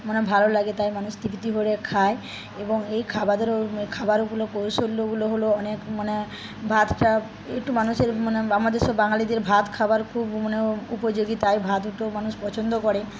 মানে ভালো লাগে তাই মানুষ তৃপ্তি ভরে খায় এবং এই খাবার খাবারগুলো কৌশল্যগুলো হল অনেক মানে ভাতটা একটু মানুষের মানে আমাদের সব বাঙালিদের ভাত খাবার খুব মানে উপযোগী তাই ভাত দুটো মানুষ পছন্দ করে